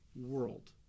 world